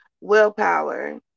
willpower